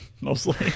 mostly